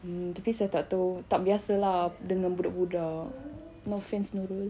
tapi saya tak tahu tak biasa lah dengan budak-budak no offence nurul